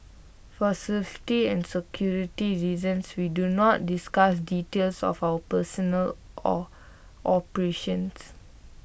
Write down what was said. for safety and security reasons we do not discuss details of our personnel or operations